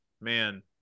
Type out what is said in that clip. man